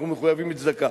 אנחנו מחויבים בצדקה.